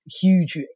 huge